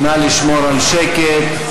נא לשמור על שקט,